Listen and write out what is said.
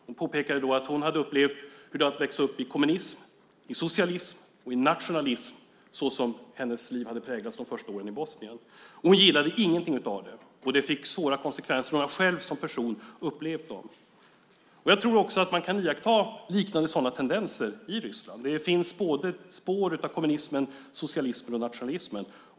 Hon påpekade att hon hade upplevt hur det var att växa upp i kommunism, i socialism och i nationalism, såsom hennes liv hade präglats under de första åren i Bosnien. Hon gillade ingenting av det, och det fick svåra konsekvenser. Hon har själv som person upplevt dem. Jag tror också att man kan iaktta sådana liknande tendenser i Ryssland. Det finns spår av kommunismen, socialismen och nationalismen.